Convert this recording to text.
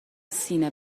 سینه